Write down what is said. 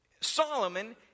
Solomon